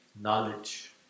knowledge